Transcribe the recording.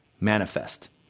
manifest